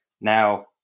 Now